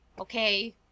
okay